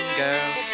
girl